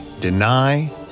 deny